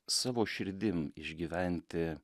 savo širdim išgyventi